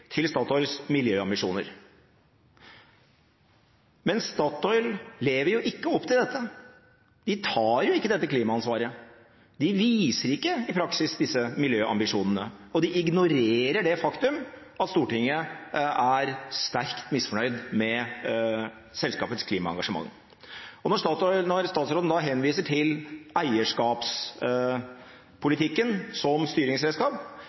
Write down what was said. til Statoils miljøambisjoner. Men Statoil lever jo ikke opp til dette, de tar ikke dette klimaansvar, de viser ikke i praksis disse miljøambisjonene, og de ignorer det faktum at Stortinget er sterkt misfornøyd med selskapets klimaengasjement. Når statsråden henviser til eierskapspolitikken som